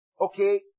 okay